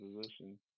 position